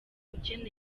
ukeneye